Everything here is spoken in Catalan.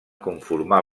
conformar